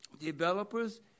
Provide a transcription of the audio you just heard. developers